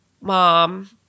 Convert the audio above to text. mom